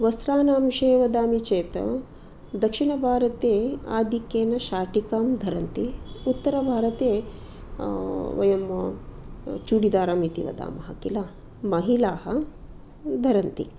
वस्त्रनां विषये वदामि चेत् दक्षिणभारते आधिक्येन शाटिकां धरन्ति उत्तरभारते वयम् चुडिदारम् इति वदामः किल महिलाः धरन्ति